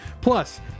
Plus